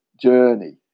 journey